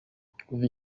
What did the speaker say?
kuva